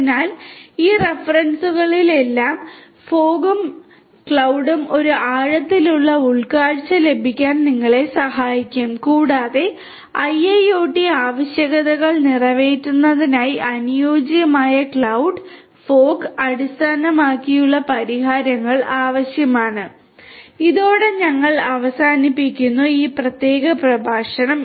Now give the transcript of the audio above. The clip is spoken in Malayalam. അതിനാൽ ഈ റഫറൻസുകളിലെല്ലാം മൂടൽമഞ്ഞും മേഘവും ഒരു ആഴത്തിലുള്ള ഉൾക്കാഴ്ച ലഭിക്കാൻ നിങ്ങളെ സഹായിക്കും കൂടാതെ IIoT ആവശ്യകതകൾ നിറവേറ്റുന്നതിനായി അനുയോജ്യമായ മേഘം മൂടൽമഞ്ഞ് അടിസ്ഥാനമാക്കിയുള്ള പരിഹാരങ്ങൾ ആവശ്യമാണ് ഇതോടെ ഞങ്ങൾ അവസാനിക്കുന്നു ഈ പ്രത്യേക പ്രഭാഷണം